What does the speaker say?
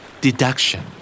Deduction